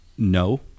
No